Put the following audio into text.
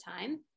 time